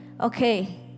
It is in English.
okay